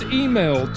email